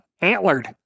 antlered